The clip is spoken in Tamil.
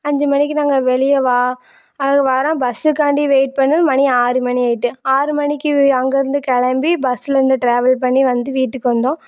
அஞ்சு மணிக்கு நாங்கள் வெளியே வா வரோம் பஸ்ஸுக்காண்டி வெயிட் பண்ணிணது மணி ஆறு மணி ஆகிட்டு ஆறு மணிக்கு அங்கே இருந்து கிளம்பி பஸ்ஸுல் இருந்து ட்ராவல் பண்ணி வந்து வீட்டுக்கு வந்தோம்